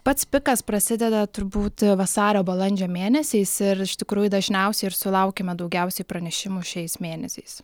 pats pikas prasideda turbūt vasario balandžio mėnesiais ir iš tikrųjų dažniausiai ir sulaukiame daugiausiai pranešimų šiais mėnesiais